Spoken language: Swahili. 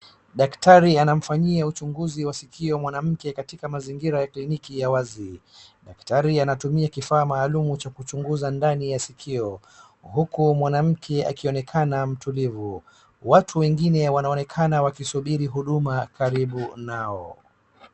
Daktari anamfanyia uchunguzi wa sikio mwanamke katika mazingira ya kliniki ya wazi. Daktari anatumia kifaa maalum cha kuchunguza ndani ya sikio, huku mwanamke akionekana mtulivu. Watu wengine wanaonekana wakisubiri huduma karibu nao.